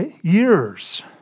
Years